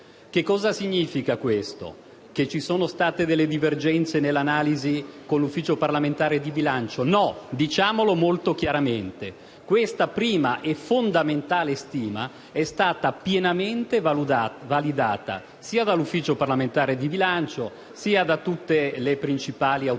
Ciò significa forse che ci sono state delle divergenze nell'analisi con l'Ufficio parlamentare di bilancio? Non è così: diciamolo molto chiaramente. Questa prima e fondamentale stima è stata pienamente validata sia dall'Ufficio parlamentare di bilancio, sia da tutte le principali autorità